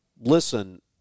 listen –